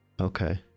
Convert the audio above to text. Okay